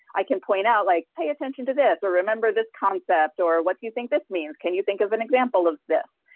i can point out like, pay attention to this, or remember this concept, or what do you think this means? can you think of an example of this,